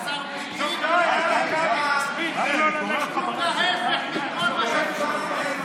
בדיוק ההפך מכל מה שאמרת.